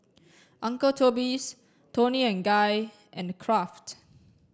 uncle Toby's Toni and Guy and Kraft